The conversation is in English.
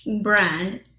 brand